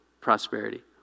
prosperity